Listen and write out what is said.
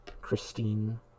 Christine